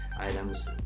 items